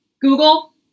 Google